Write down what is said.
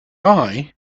i—i